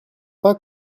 pas